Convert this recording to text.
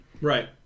Right